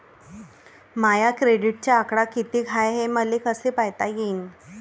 माया क्रेडिटचा आकडा कितीक हाय हे मले कस पायता येईन?